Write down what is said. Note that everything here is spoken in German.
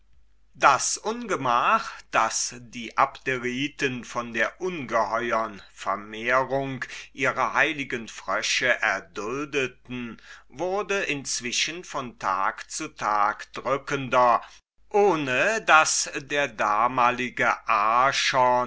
das ungemach das die abderiten von der ungeheuren vermehrung ihrer heiligen frösche erduldeten wurde inzwischen von tag zu tag drückender ohne daß der damalige